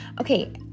Okay